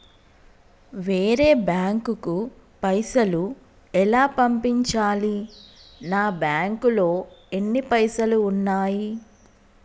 వేరే బ్యాంకుకు పైసలు ఎలా పంపించాలి? నా బ్యాంకులో ఎన్ని పైసలు ఉన్నాయి?